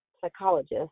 psychologist